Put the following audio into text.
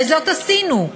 וזאת עשינו.